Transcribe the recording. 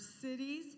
cities